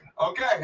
Okay